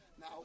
Now